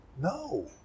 no